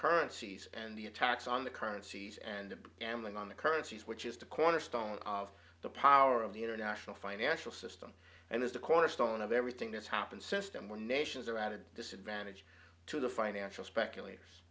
currencies and the attacks on the currencies and am going on the currency which is the cornerstone of the power of the international financial system and is the cornerstone of everything that's happened system where nations are at a disadvantage to the financial speculat